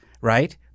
right